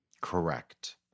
Correct